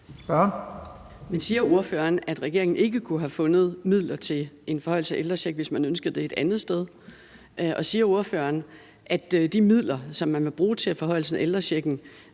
Siger ordføreren, at regeringen ikke kunne have fundet midler til en forhøjelse af ældrechecken, hvis man ønskede det, et andet sted? Siger ordføreren, at de midler, som man vil bruge til en forhøjelse af ældrechecken,